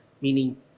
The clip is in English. meaning